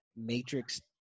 matrix